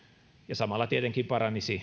ja samalla tietenkin paranisi